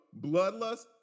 Bloodlust